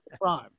crime